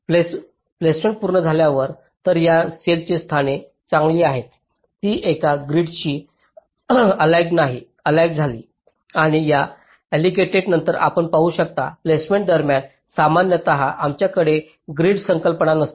placement पूर्ण झाल्यावर तर या सेलंची स्थाने चांगली आहेत ती एका ग्रीडशी अलिगनेड झाली आणि या अलिगनेड नंतर आपण पाहू शकता प्लेसमेंट दरम्यान सामान्यत आमच्याकडे ग्रीड संकल्पना नसते